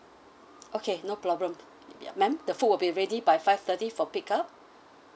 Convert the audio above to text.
okay no problem ya ma'am the food will be ready by five thirty for pick up